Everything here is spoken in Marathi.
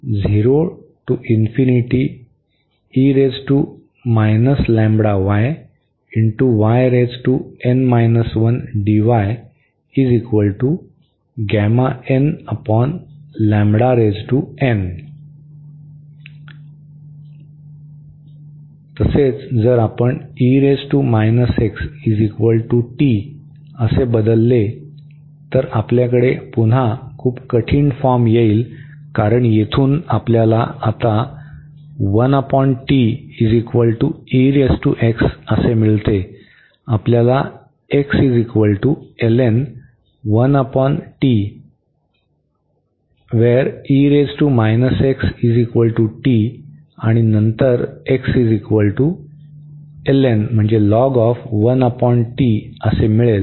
तसेच जर आपण हा असे बदलले तर आपल्याकडे पुन्हा खूप कठीण फॉर्म येईल कारण येथून आपल्याला आता मिळते आपल्याला आणि नंतर मिळेल